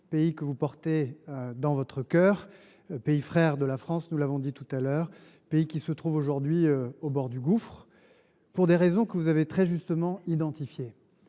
pays que vous portez dans votre cœur, ce pays frère de la France – nous l’avons dit tout à l’heure – se trouve aujourd’hui au bord du gouffre, pour des raisons que vous avez très justement identifiées.